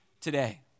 today